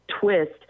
twist